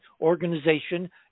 organization